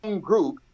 group